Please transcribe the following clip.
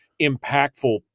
impactful